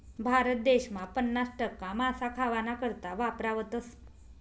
भारत देसमा पन्नास टक्का मासा खावाना करता वापरावतस